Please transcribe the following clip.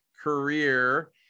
career